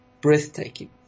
breathtaking